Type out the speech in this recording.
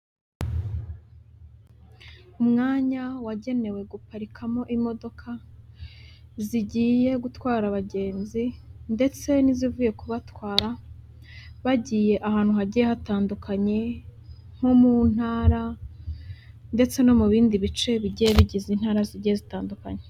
Umwanya wagenewe guparikamo imodoka, zigiye gutwara abagenzi, ndetse n'izivuye kubatwara, bagiye ahantu hagiye hatandukanye, nko mu ntara, ndetse no mu bindi bice bigiye bigize Intara zigiye zitandukanye.